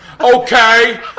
Okay